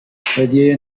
هدیه